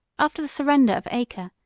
after the surrender of acre,